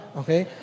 okay